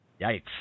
yikes